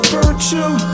virtue